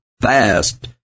fast